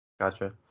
Gotcha